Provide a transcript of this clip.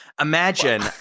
Imagine